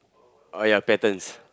oh ya patterns